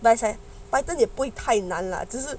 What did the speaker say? but is like python 也不会太难了只是